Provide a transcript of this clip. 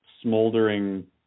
smoldering –